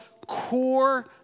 core